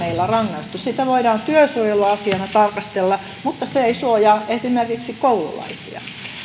meillä rangaistavaa sitä voidaan työsuojeluasiana tarkastella mutta se ei suojaa esimerkiksi koululaisia